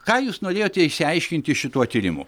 ką jūs norėjote išsiaiškinti šituo tyrimu